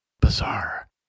Bizarre